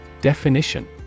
Definition